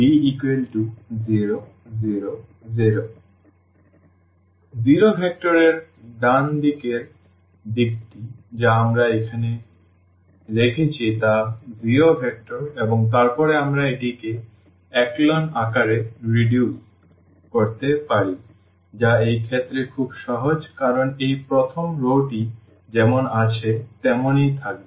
b0 0 0 শূন্য vector এর ডান দিকের দিকটি যা আমরা এখানে রেখেছি তা শূন্য ভেক্টর এবং তারপরে আমরা এটিকে echelon আকারে হ্রাস করতে পারি যা এই ক্ষেত্রে খুব সহজ কারণ এই প্রথম রওটি যেমন আছে তেমনই থাকবে